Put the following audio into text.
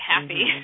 happy